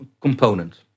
component